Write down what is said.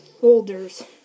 folders